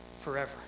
forever